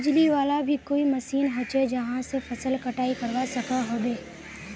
बिजली वाला भी कोई मशीन होचे जहा से फसल कटाई करवा सकोहो होबे?